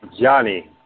Johnny